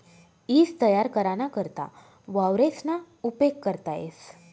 ईज तयार कराना करता वावरेसना उपेग करता येस